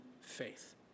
faith